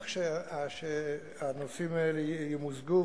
כך שהנושאים האלה ימוזגו.